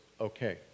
okay